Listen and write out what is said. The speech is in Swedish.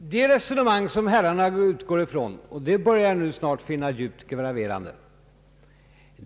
Herr talman! Det resonemang som herrarna för börjar jag snart finna djupt graverande.